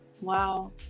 wow